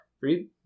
Read